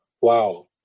wow